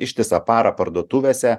ištisą parą parduotuvėse